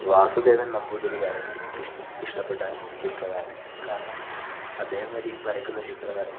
വാസുദേവൻ നമ്പൂതിരിയാണ് എനിക്ക് ഇഷ്ടപ്പെട്ട ചിത്രകാരൻ കാരണം അദ്ദേഹം വരയ്ക്കുന്ന ചിത്രങ്ങൾ